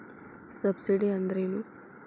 Subsidy ಅಂದ್ರೆ ಏನು?